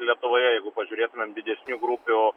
lietuvoje jeigu pažiūrėtumėm didesnių grupių